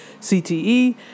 CTE